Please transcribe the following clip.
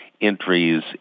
entries